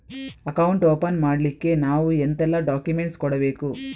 Account open ಮಾಡ್ಲಿಕ್ಕೆ ನಾವು ಎಂತೆಲ್ಲ ಡಾಕ್ಯುಮೆಂಟ್ಸ್ ಕೊಡ್ಬೇಕು?